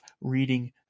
reading